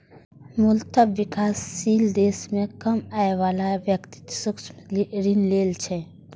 मूलतः विकासशील देश मे कम आय बला व्यक्ति सूक्ष्म ऋण लै छै